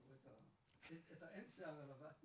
אתה רואה את השיער הלבן.